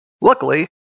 Luckily